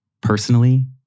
personally